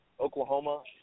Oklahoma